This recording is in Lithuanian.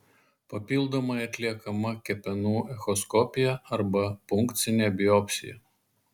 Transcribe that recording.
papildomai atliekama kepenų echoskopija arba punkcinė biopsija